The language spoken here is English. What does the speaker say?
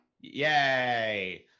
Yay